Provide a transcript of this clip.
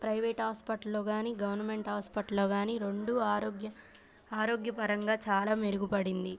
private హాస్పిటల్లో కానీ government hospital కానీ రెండు ఆరోగ్య ఆరోగ్యపరంగా చాలా మెరుగుపడింది